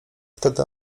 wtedy